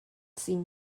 seen